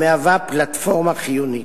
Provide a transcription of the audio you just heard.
המהווה פלטפורמה חיונית.